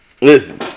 Listen